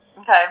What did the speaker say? Okay